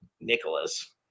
Nicholas